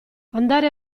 andare